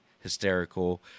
hysterical